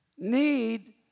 Need